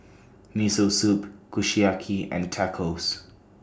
Miso Soup Kushiyaki and Tacos